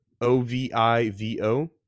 O-V-I-V-O